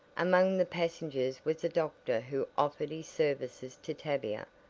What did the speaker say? among the passengers was a doctor who offered his services to tavia.